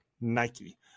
Nike